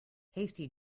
hasty